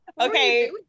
Okay